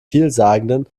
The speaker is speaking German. vielsagenden